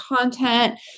content